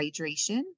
hydration